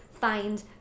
find